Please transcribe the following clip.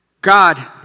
God